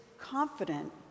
confident